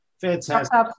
Fantastic